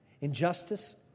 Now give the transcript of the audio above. Injustice